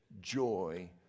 Joy